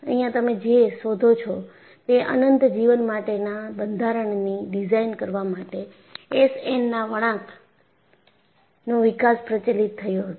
અહિયાં તમે જે શોધો છો તે અનંત જીવન માટેના બંધારણની ડિઝાઇન કરવા માટે એસ એનના વળાંકનો વિકાસ પ્રચલિત થયો હતો